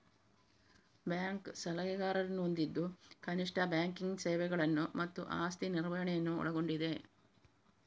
bank ಸಲಹೆಗಾರರನ್ನು ಹೊಂದಿದ್ದು ಕನಿಷ್ಠ ಬ್ಯಾಂಕಿಂಗ್ ಸೇವೆಗಳನ್ನು ಮತ್ತು ಆಸ್ತಿ ನಿರ್ವಹಣೆಯನ್ನು ಒಳಗೊಂಡಿದೆ